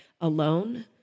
alone